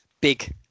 big